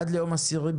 עד ליום 10.01.2022,